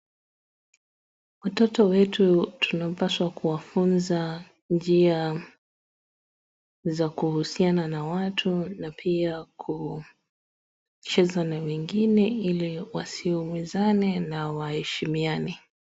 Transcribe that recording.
Watoto wetu tunapaswa kuwafuza njia za kuhusiana na watu na pia kucheza na wengine ili wasiumizane na waheshimiane.